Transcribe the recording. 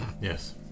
Yes